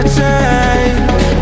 take